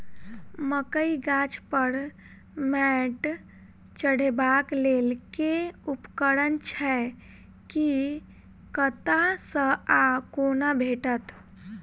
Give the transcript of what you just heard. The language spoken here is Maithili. मकई गाछ पर मैंट चढ़ेबाक लेल केँ उपकरण छै? ई कतह सऽ आ कोना भेटत?